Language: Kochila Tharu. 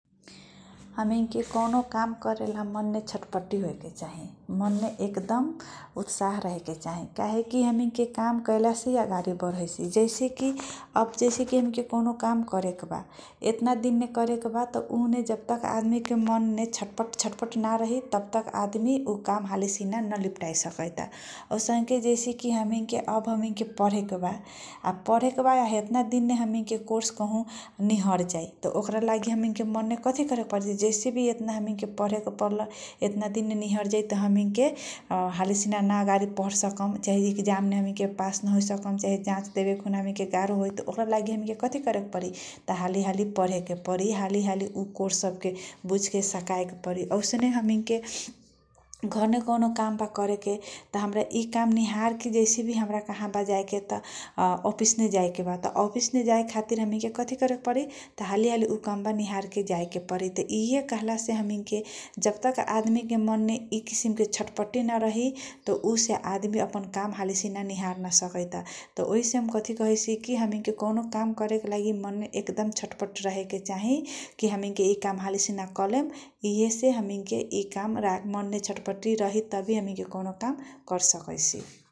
हमिनको कौनो काम करेला मनमे छटपटी होएके चाहि मनमे उत्साह रहेके चाहि, हमिन के काम कएला से अगााडी बरइसि । जैसेकी कौउन काम करके बा चेतना यिनमे करेके बा तब तक आदमिके मनमे छटपट छटपट नरहि तबतक ऊ काम हालिसेना । नलिपताइकसइता औसनके जैसेकी हमीनके अब हमिनके पढेके बा । आ हेतना यिनमे कोर्स कहु निहरजाई हमिनके हालिसेना न अगााडी परसकभ चाहे इकजाम ने पास नहोसकम चाहे जाँच येपेख्नाना गाहो होइ त ओकरा लागि कभि करेक परि हालि हालि परेके परि हालि हालि ऊ कोर्स सबके बुझके सकाएके परि । औसने हमिनके घरमे कौनो कामबा करेके हमर इ काम बिहान के जैसे भि कहाँ जाएके त औफिसमे जाए जातिर । हमिन के कथि करे के परि हालि हालि ऊ कामबा निहार के जाएके परि । चाहे कहला से हमिन के बज तब हमिन अपन काम हालि हालिसिना निहार नसकइता उइसे कथि कहइलि की हमिनके कौनो काम करेके लागि मनमे एकदम छटपट रहेके चाहि कि हमिन के ये काम हालिसेन कलेम । यी से हमिन के मन छटपटि रहे तभि के कौनो काम करसकइसिी ।